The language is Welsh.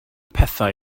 pethau